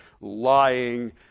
lying